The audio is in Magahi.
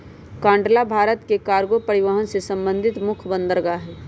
कांडला भारत के कार्गो परिवहन से संबंधित मुख्य बंदरगाह हइ